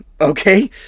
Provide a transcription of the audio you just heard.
okay